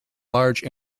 large